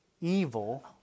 evil